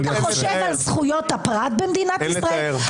מה אתה חושב על זכויות הפרט במדינת ישראל?